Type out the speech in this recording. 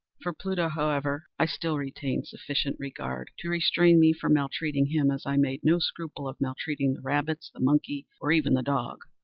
for pluto, however, i still retained sufficient regard to restrain me from maltreating him, as i made no scruple of maltreating the rabbits, the monkey, or even the dog,